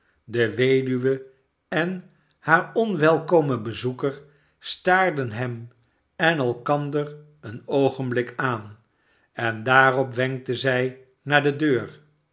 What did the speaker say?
de weduwe en haar onwelkome bezoeker staarden hem en elkander een oogenblik aan en daarop wenkte zij naar de deur